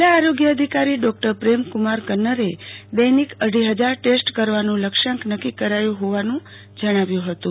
જીલ્લા આરોગ્ય અધિકારી ડોક્ટર પ્રેમ કુમાર કન્નારે દૈનિક અઢી હજાર ટેસ્ટ કરવાનું લક્ષ્યાંક નક્કી કરાયું હોવાનું જણાવ્યું હતું